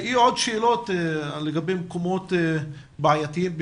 יהיו עוד שאלות לגבי מקומות בעייתיים,